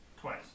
Twice